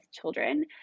children